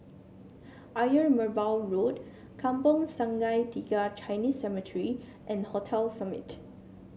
Ayer Merbau Road Kampong Sungai Tiga Chinese Cemetery and Hotel Summit